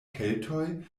keltoj